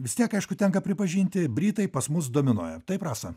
vis tiek aišku tenka pripažinti britai pas mus dominuoja taip rasa